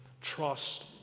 Trust